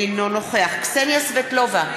אינו נוכח קסניה סבטלובה,